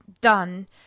done